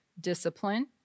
discipline